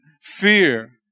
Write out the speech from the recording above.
fear